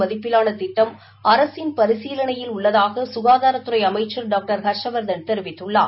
மதிப்பிலாள திட்டம் அரசின் பரிசீலனையில் உள்ளதாக கனதாரத்துறை அமைச்சர் ஹர்ஷவர்தன் தெரிவித்துள்ளார்